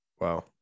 Wow